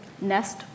Nest